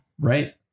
Right